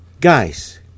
Guys